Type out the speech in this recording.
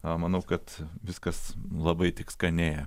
manau kad viskas labai tik skanėja